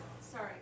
Sorry